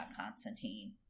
Constantine